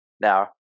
Now